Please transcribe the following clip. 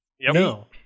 No